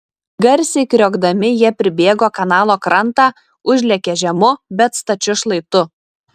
garsiai kriokdami jie pribėgo kanalo krantą užlėkė žemu bet stačiu šlaitu